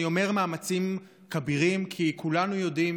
אני אומר "מאמצים כבירים" כי כולנו יודעים